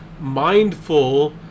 mindful